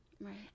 Right